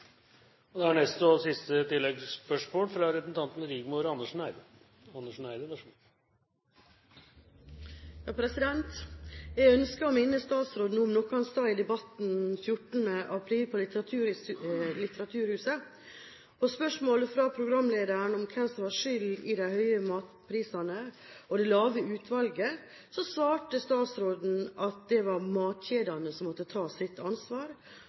Rigmor Andersen Eide – til oppfølgingsspørsmål. Jeg ønsker å minne statsråden om noe han sa i Debatten den 14. april på Litteraturhuset. På spørsmål fra programlederen om hvem som har skylden for de høye matprisene og det lave utvalget, svarte statsråden at det var matkjedene som måtte ta sitt ansvar,